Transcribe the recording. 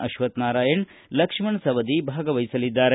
ಅಕ್ವತ್ತನಾರಾಯಣ ಲಕ್ಷ್ಮಣ ಸವದಿ ಭಾಗವಹಿಸಲಿದ್ದಾರೆ